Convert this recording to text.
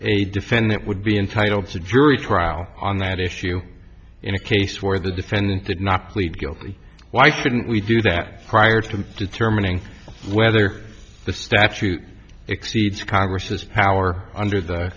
a defendant would be entitled to a jury trial on that issue in a case where the defendant did not plead guilty why shouldn't we do that prior to determining whether the statute exceeds congress's power under the